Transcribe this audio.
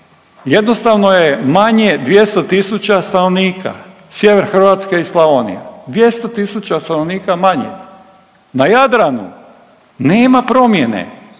jednostavno je manje 200.000 stanovnika, Sjever Hrvatske i Slavonija 200.000 stanovnika manje, na Jadranu nema promjene,